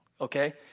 okay